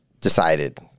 decided